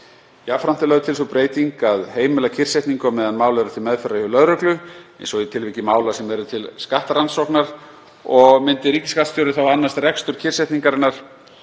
Jafnframt er lögð til sú breyting að heimila kyrrsetningu á meðan mál er til meðferðar hjá lögreglu eins og í tilviki mála sem eru til skattrannsóknar og myndi ríkisskattstjóri þá annast rekstur kyrrsetningarinnar